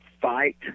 fight